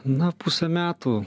na pusę metų